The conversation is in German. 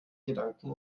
gedanken